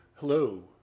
Hello